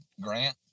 Grant